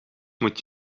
moet